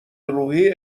روحی